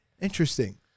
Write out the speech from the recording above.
interesting